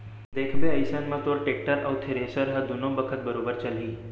देखबे अइसन म तोर टेक्टर अउ थेरेसर ह दुनों बखत बरोबर चलही